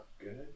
good